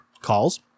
Calls